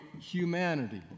humanity